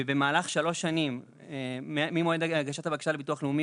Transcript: ובמהלך שלוש שנים ממועד הגשה לביטוח הלאומי